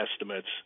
estimates